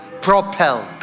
Propelled